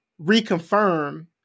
reconfirm